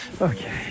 Okay